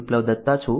બિપ્લબ દત્તા છું